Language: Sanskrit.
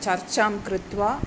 चर्चां कृत्वा